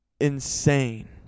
insane